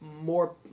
more